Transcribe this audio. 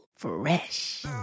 Fresh